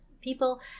people